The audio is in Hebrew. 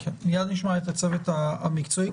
מייד נשמע את הצוות המקצועי,